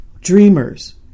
dreamers